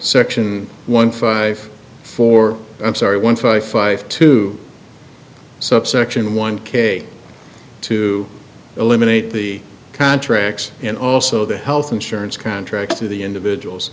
section one five four i'm sorry one five five two subsection one k to eliminate the contracts and also the health insurance contracts of the individuals